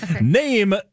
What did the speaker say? Name